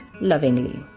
lovingly